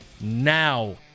now